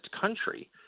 country